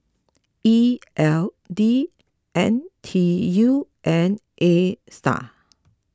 E L D N T U and Astar